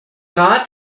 rat